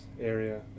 area